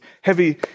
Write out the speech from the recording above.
heavy